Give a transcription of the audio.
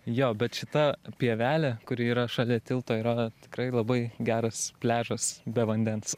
jo bet šita pievelė kuri yra šalia tilto yra tikrai labai geras pliažas be vandens